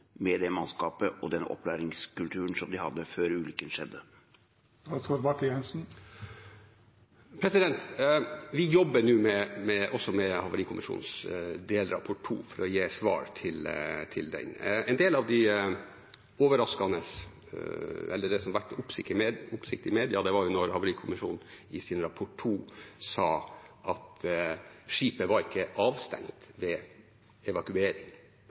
med det mannskapet og den opplæringskulturen som de hadde før ulykken skjedde? Vi jobber nå også med Havarikommisjonens delrapport nummer to for å gi svar til den. En del av det som var overraskende, det som har vakt oppsikt i media, var da Havarikommisjonen i sin rapport nummer to sa at skipet ikke var avstengt ved evakuering,